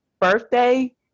birthday